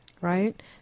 Right